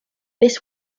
this